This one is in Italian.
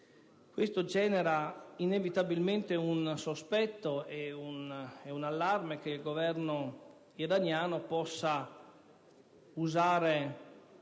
Ciò genera inevitabilmente un sospetto e un allarme: che il Governo iraniano possa usare